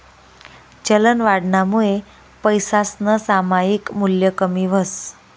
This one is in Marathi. चलनवाढनामुये पैसासनं सामायिक मूल्य कमी व्हस